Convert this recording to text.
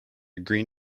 green